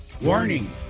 warning